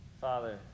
Father